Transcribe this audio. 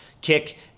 kick